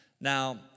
Now